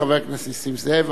חבר הכנסת נסים זאב,